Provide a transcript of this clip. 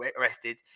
arrested